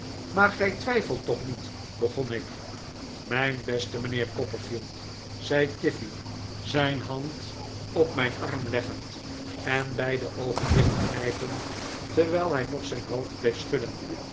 maar gij twijfelt toch niet begon ik mijn beste mijnheer copperfield zei tiffey zijn hand op mijn arm leggend en beide oogen dichtknijpend terwijl hij nog zijn hoofd bleef schudden